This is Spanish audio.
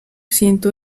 ciento